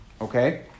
okay